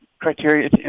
criteria